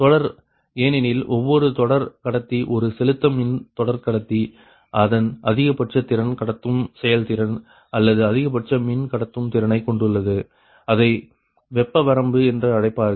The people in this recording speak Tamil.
தொடர் ஏனெனில் ஒவ்வொரு தொடர் கடத்தி ஒரு செலுத்த மின் தொடர் கடத்தி அதன் அதிகபட்ச திறன் கடத்தும் செயல்திறன் அல்லது அதிகபட்ச மின் கடத்தும் திறனைக் கொண்டுள்ளது அதை வெப்ப வரம்பு என்று அழைப்பார்கள்